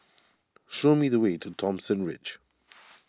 show me the way to Thomson Ridge